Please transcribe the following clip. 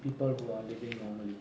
people who are living normally